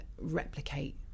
replicate